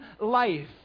life